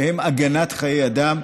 שהם הגנת חיי אדם.